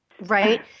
right